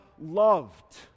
loved